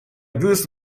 goose